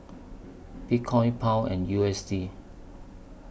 Bitcoin Pound and U S D